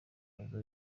aza